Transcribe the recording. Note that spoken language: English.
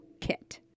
kit